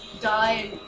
die